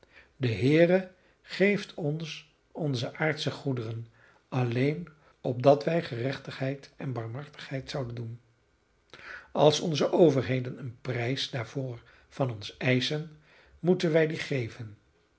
de heere geeft ons onze aardsche goederen alleen opdat wij gerechtigheid en barmhartigheid zouden doen als onze overheden een prijs daarvoor van ons eischen moeten wij dien geven